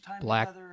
black